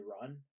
run